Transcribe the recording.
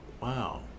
wow